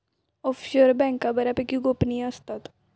offshore बँका बऱ्यापैकी गोपनीय असतात